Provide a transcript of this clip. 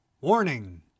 Warning